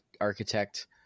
architect